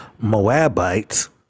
Moabites